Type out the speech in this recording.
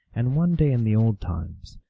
and one day in the old times,